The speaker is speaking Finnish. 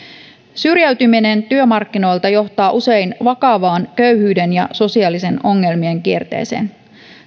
syrjäytyminen työmarkkinoilta johtaa usein vakavaan köyhyyden ja sosiaalisten ongelmien kierteeseen